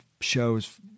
shows